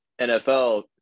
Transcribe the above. NFL